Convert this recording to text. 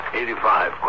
Eighty-five